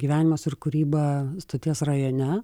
gyvenimas ir kūryba stoties rajone